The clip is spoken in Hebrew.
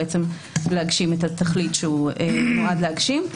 בעצם להגשים את התכלית שנועד להגשים.